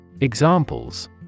Examples